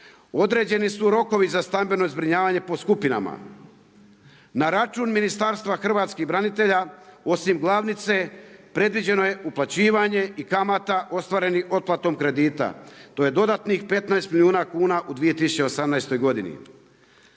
Određeni su rokovi za stambeno zbrinjavanje po skupinama. Na račun Ministarstva hrvatskih branitelja osim glavnice predviđeno je uplaćivanje i kamata ostvarenih otplatom kredita. To je dodatnih 15 milijuna kuna u 2018. godini.